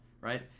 right